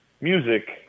music